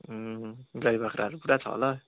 गाई बाख्राहरू पुरा छ होला